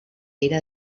ira